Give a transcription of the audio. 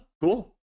cool